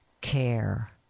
care